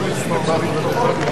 בעד ההסתייגות,